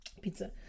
Pizza